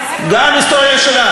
גם ההיסטוריה שלך.